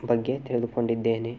ಬಗ್ಗೆ ತಿಳಿದುಕೊಂಡಿದ್ದೇನೆ